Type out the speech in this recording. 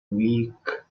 weak